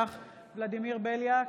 ולדימיר בליאק,